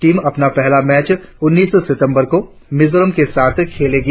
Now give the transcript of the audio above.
team अपना पहला match उन्नीस सितंबर को मिजोरम के साथ खेलेगी